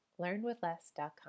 learnwithless.com